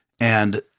And-